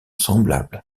semblable